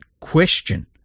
question